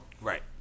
Right